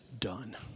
done